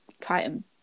titan